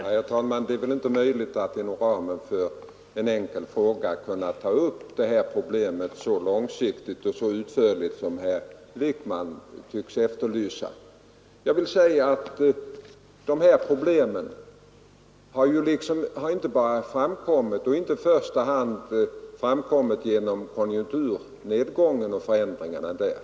Herr talman! Det är inte möjligt att inom ramen för en enkel fråga ta upp problemet så långsiktigt och så utförligt som herr Wijkman tycks efterlysa. Jag vill svara att dessa problem inte i första hand har framkommit genom konjunkturnedgången och förändringarna där.